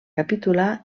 capitular